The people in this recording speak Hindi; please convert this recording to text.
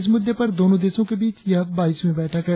इस मुद्दे पर दोनो देशों के बीच यह बाईसवीं बैठक है